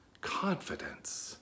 Confidence